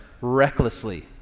recklessly